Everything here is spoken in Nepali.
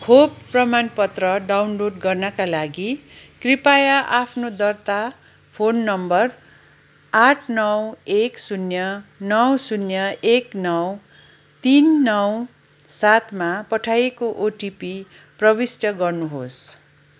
खोप प्रमाणपत्र डाउनलोड गर्नाका लागि कृपया आफ्नो दर्ता फोन नम्बर आठ नौ एक शून्य नौ शून्य एक नौ तिन नौ सातमा पठाइएको ओटिपी प्रविष्ट गर्नुहोस्